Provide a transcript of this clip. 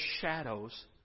shadows